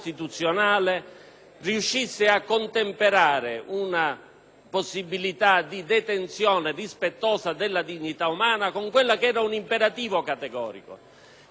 possibilità di una detenzione rispettosa della dignità umana con quello che era un imperativo categorico, perché la realtà ci ha parlato di omicidi commissionati dal carcere